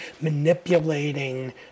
manipulating